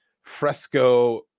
Fresco